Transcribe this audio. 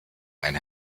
ein